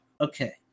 okay